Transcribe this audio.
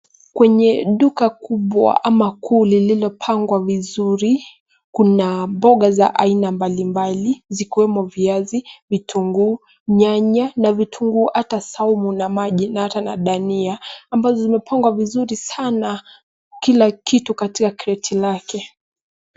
Kwenye duka kubwa ama kuu lililopangwa vizuri, kuna mboga za aina mbalimbali zikiwemo viazi, vitunguu, nyanya na vitunguu hata saumu na maji na hata na dania ambazo zimepangwa vizuri sana; kila kitu katika kreti lake.